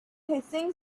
hissing